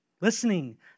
listening